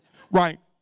right.